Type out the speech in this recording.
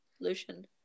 lucian